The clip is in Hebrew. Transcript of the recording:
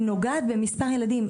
היא נוגעת במספר ילדים,